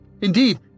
Indeed